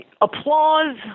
applause